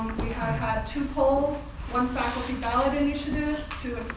we have had two polls one faculty ballot initiative to